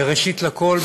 ראשית לכול,